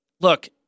look